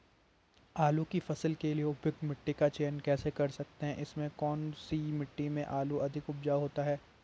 आलू की फसल के लिए उपयुक्त मिट्टी का चयन कैसे कर सकते हैं इसमें से कौन सी मिट्टी में आलू अधिक उपजाऊ होता है?